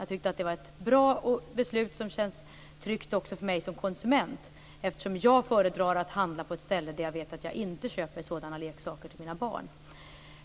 Jag tyckte att det var ett bra beslut som känns tryggt för mig också som konsument, eftersom jag föredrar att handla där jag vet att jag inte kan köpa sådana leksaker till mina barn.